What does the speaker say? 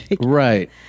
Right